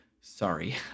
sorry